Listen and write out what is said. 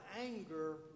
anger